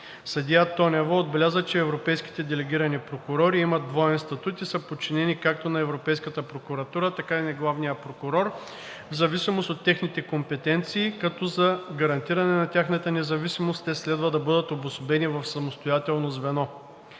Съдия Тонева отбеляза, че европейските делегирани прокурори имат двоен статут и са подчинени както на Европейската прокуратура, така и на главния прокурор в зависимост от техните компетенции, като за гарантиране на тяхната независимост те следва да бъдат обособени в самостоятелно звено.